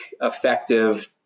effective